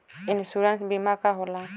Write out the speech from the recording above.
Insurance बीमा का होला?